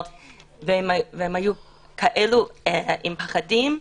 והן היו עם פחדים,